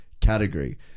category